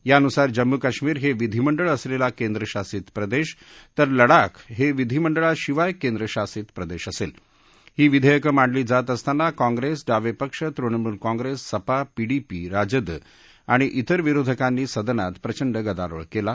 ब्रानुसार जम्मू काश्मिर हाविधीमंडळ असल्ती केंद्रशासित प्रदक्षीतर लडाख हाव विधीमंडळशिवाय केंद्रशासित प्रदधी असस्ती ही विधध्यक्र मांडली जात असताना काँग्रद्यी डावप्रिक्ष तृणमूल काँग्रद्यी सपा पीडीपी राजद आणि तेर विरोधकांनी सदनात प्रचंड गदारोळ कलि